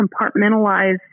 compartmentalize